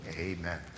amen